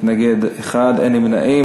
מתנגד אחד, אין נמנעים.